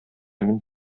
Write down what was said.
мин